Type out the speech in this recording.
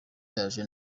yaje